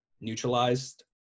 neutralized